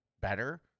better –